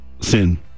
sin